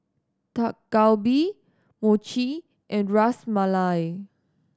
Dak Galbi Mochi and Ras Malai